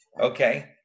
okay